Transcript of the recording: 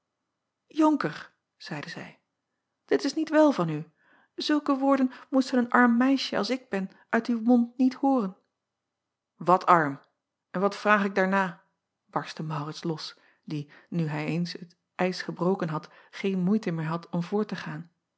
onker zeide zij dit is niet wel van u zulke woorden moest een arm meisje als ik ben uit uw mond niet hooren at arm en wat vraag ik daarna barstte aurits los die nu hij eens het ijs gebroken had geen moeite meer had om voort te gaan